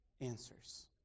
answers